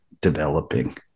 developing